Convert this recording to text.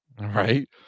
right